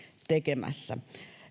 tekemässä